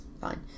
fine